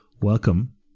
Welcome